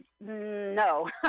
No